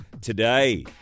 today